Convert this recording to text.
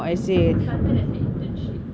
it started as a internship